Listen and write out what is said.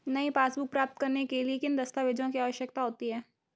नई पासबुक प्राप्त करने के लिए किन दस्तावेज़ों की आवश्यकता होती है?